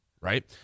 Right